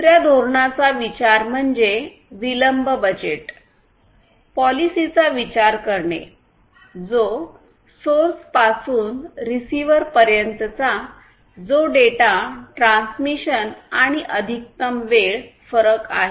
दुसर्या धोरणाचा विचार म्हणजे विलंब बजेट पॉलिसीचा विचार करणे जो सोर्स पासून रीसिव्हर पर्यंतचा जो डेटा ट्रान्समिशन आणि अधिकतम वेळ फरक आहे